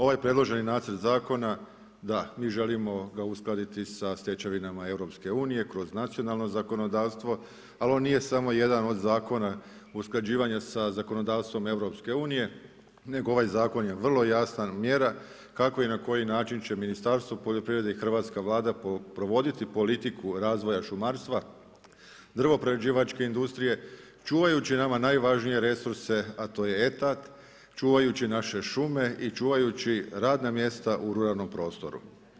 Ovaj predloženi nacrt zakona, da mi želimo ga uskladiti sa stečevinama EU, kroz nacionalno zakonodavstvo, ali on nije samo jedan od zakona, usklađivanje sa zakonodavstvom EU, nego ovaj zakon je vrlo jasna mjera kako i na koji način će Ministarstvo poljoprivrede provoditi politiku razvoja šumarstva, drvoprerađivačke industrije čuvajući nama najvažnije resurse a to je etat, čuvajući naše šume i čuvajući radna mjesta u ruralnom prostoru.